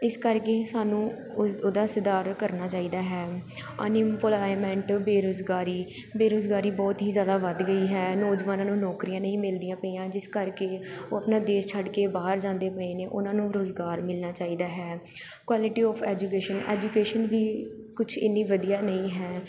ਇਸ ਕਰਕੇ ਸਾਨੂੰ ਉਸ ਉਹਦਾ ਸੁਧਾਰ ਕਰਨਾ ਚਾਹੀਦਾ ਹੈ ਅਨਇੰਮਪੋਲਾਏਮੈਂਟ ਬੇਰੁਜ਼ਗਾਰੀ ਬੇਰੁਜ਼ਗਾਰੀ ਬਹੁਤ ਹੀ ਜ਼ਿਆਦਾ ਵੱਧ ਗਈ ਹੈ ਨੌਜਵਾਨਾਂ ਨੂੰ ਨੌਕਰੀਆਂ ਨਹੀਂ ਮਿਲਦੀਆਂ ਪਈਆਂ ਜਿਸ ਕਰਕੇ ਉਹ ਆਪਣਾ ਦੇਸ਼ ਛੱਡ ਕੇ ਬਾਹਰ ਜਾਂਦੇ ਪਏ ਨੇ ਉਹਨਾਂ ਨੂੰ ਰੁਜ਼ਗਾਰ ਮਿਲਣਾ ਚਾਹੀਦਾ ਹੈ ਕੁਆਲਿਟੀ ਆਫ ਐਜੂਕੇਸ਼ਨ ਐਜੂਕੇਸ਼ਨ ਵੀ ਕੁਛ ਇੰਨੀ ਵਧੀਆ ਨਹੀਂ ਹੈ